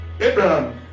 Abraham